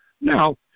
Now